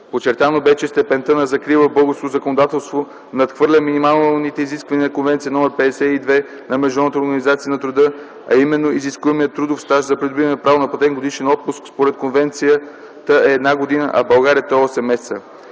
Подчертано бе, че степента на закрила в българското законодателство надхвърля минималните изисквания на Конвенция № 52 на Международната организация на труда, а именно изискуемият трудов стаж за придобиване право на платен годишен отпуск според Конвенцията е 1 година, а в България той е 8 месеца.